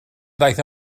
ddaeth